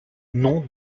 nom